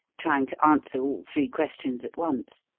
trying to answer all three questions at once.